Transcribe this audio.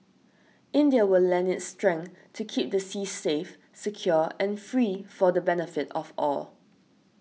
India will lend its strength to keep the seas safe secure and free for the benefit of all